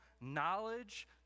knowledge